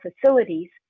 facilities